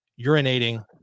urinating